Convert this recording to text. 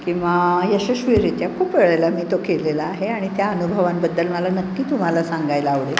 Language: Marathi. किंवा यशस्वीरित्या खूप वेळेला मी तो केलेला आहे आणि त्या अनुभवांबद्दल मला नक्की तुम्हाला सांगायला आवडेल